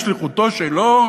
שחשב שהוא קטן משליחותו שלו,